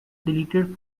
deleted